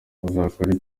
uzakora